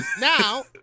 Now